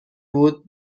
بود